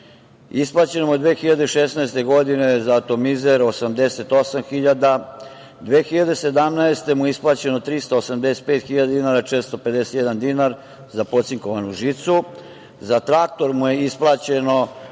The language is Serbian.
Isplaćeno mu je 2016. godine za atomizer 88.000. Godine 2017. mu je isplaćeno 385.451 dinar za pocinkovanu žicu. Za traktor mu je isplaćeno